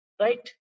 right